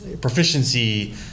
proficiency